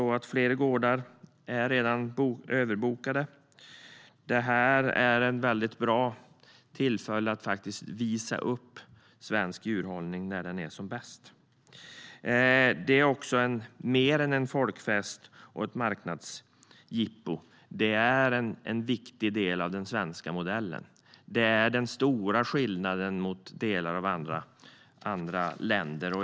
Flera gårdar är redan överbokade. Detta är ett bra tillfälle att visa upp svensk djurhållning när den är som bäst. Det är också mer än en folkfest och ett marknadsjippo; det är en viktig del av den svenska modellen. Det är den stora skillnaden mot en del andra länder.